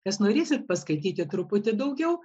kas norėsit paskaityti truputį daugiau